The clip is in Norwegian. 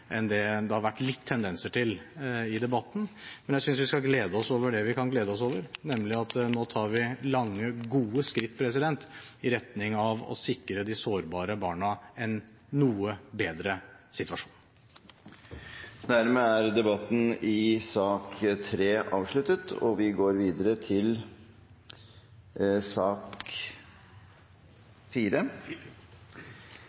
enn det som det har vært litt tendenser til i debatten. Men jeg synes vi skal glede oss over det vi kan glede oss over, nemlig at nå tar vi lange, gode skritt i retning av å sikre de sårbare barna en noe bedre situasjon. Flere har ikke bedt om ordet til sak